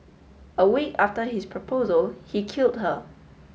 a week after his proposal he killed her